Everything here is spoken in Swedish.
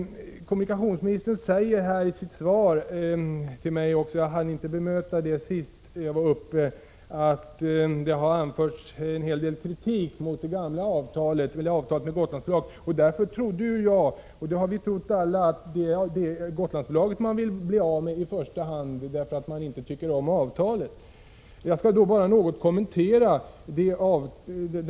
Kommunikationsministern sade i sitt svar att det har anförts en hel del kritik mot det gamla avtalet med Gotlandsbolaget. Denna kritik skall då bara något kommenteras.